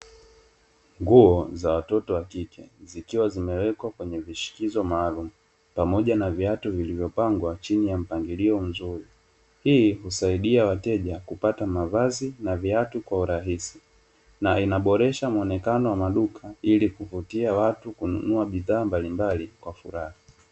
Nguo za watoto wakike zikiwa zimewekwa kwenye vishikizo maalumu pamoja na viatu vilivo pangwa chini ya mpangilio mzuri, hii husaidia wateja kupata mavazi na viatu kwa urahisi na inaboresha muonekano wa maduka ili kuvutia watu kununua bidhaa mbalimbali kwa furaha.